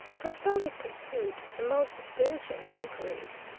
but though he pursued the most diligent inquiries,